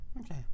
Okay